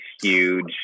huge